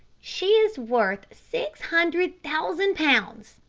she is worth six hundred thousand pounds,